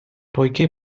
poiché